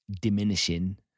diminishing